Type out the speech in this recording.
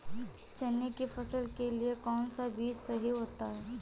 चने की फसल के लिए कौनसा बीज सही होता है?